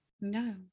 No